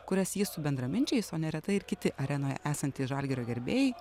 kurias jis su bendraminčiais o neretai ir kiti arenoje esantys žalgirio gerbėjai